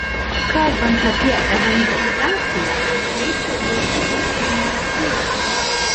kalbant apie evangelizaciją atkreipčiau dėmesį į naratyvą